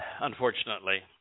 Unfortunately